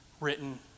written